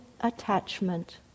attachment